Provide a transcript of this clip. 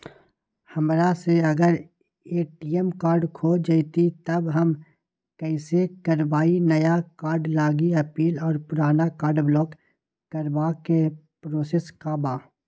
हमरा से अगर ए.टी.एम कार्ड खो जतई तब हम कईसे करवाई नया कार्ड लागी अपील और पुराना कार्ड ब्लॉक करावे के प्रोसेस का बा?